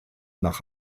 nach